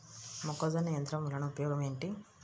మొక్కజొన్న యంత్రం వలన ఉపయోగము ఏంటి?